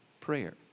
prayer